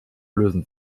lösen